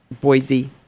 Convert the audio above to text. Boise